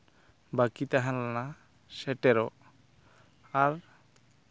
ᱵᱟᱹᱠᱤ ᱛᱟᱦᱮᱸ ᱞᱮᱱᱟ ᱥᱮᱴᱮᱨᱚᱜ ᱟᱨ